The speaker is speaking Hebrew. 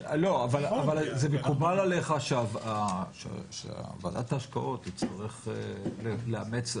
אבל זה מקובל עליך שוועדת ההשקעות תצטרך לאמץ,